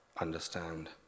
understand